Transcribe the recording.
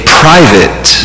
private